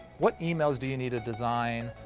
what emails do you need to design,